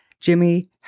Jimmy